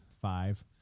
five